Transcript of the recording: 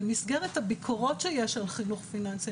במסגרת הביקורות שיש על חינוך פיננסי,